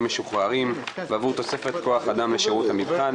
משוחררים ועבור תוספת כוח-אדם לשירות המבחן,